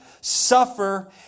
suffer